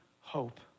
hope